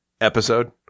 episode